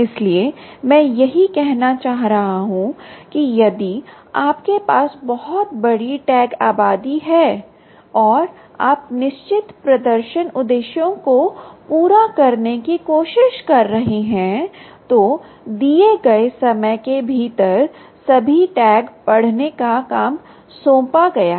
इसलिए मैं यही कहना चाह रहा हूं कि यदि आपके पास बहुत बड़ी टैग आबादी हैऔर आप निश्चित प्रदर्शन उद्देश्यों को पूरा करने की कोशिश कर रहे हैं तो दिए गए समय के भीतर सभी टैग पढ़ने का काम सौंपा गया है